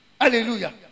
Hallelujah